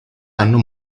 hanno